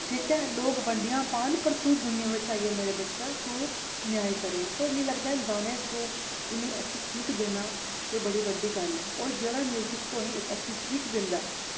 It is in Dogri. ठीक ऐ लोक मंडियां पौह्न पर तूं दुनियां बिच्इ यै बच्चा तूं न्यां करेआं मिगी लगदा ऐ कि गाने थमां इन्नी अच्छी सिक्ख देना एह् बड़ी बड्डी गल्ल ऐ होर जेह्ड़ा म्यूजिक तुहें ई अच्छी सिक्ख दिंदा ऐ